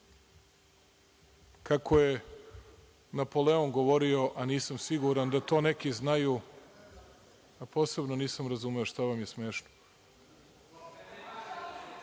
kako je Napoleon govorio a nisam siguran da to neki znaju, a posebno nisam razumeo šta vam je smešno.(Saša